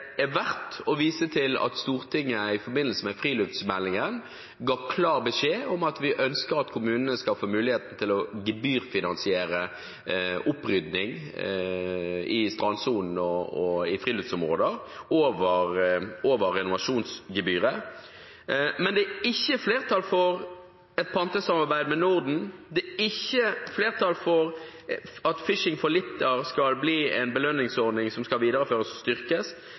det er verdt å vise til at Stortinget, i forbindelse med friluftsmeldingen, ga klar beskjed om at vi ønsker at kommunene skal få mulighet til å gebyrfinansiere opprydning i strandsonen og i friluftsområder over renovasjonsgebyret. Men det er ikke flertall for et pantesamarbeid med Norden. Det er ikke flertall for at «Fishing for Litter» skal bli en belønningsordning som skal videreføres og styrkes.